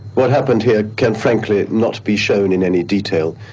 what happened here can frankly not be shown in any detail,